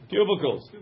Cubicles